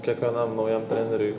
kiekvienam naujam treneriui